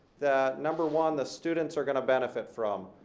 that number one, the students are gonna benefit from.